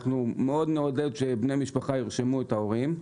אנחנו מאוד נעודד שבני משפחה ירשמו את ההורים.